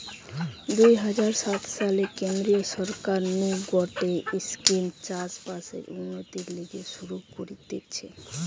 দুই হাজার সাত সালে কেন্দ্রীয় সরকার নু গটে স্কিম চাষ বাসের উন্নতির লিগে শুরু করতিছে